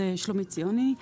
שלומית ציוני.